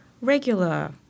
regular